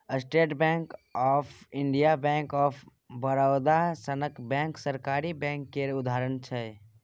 state bank of India, bank of Baroda सनक bank सरकारी bank केर उदाहरण छै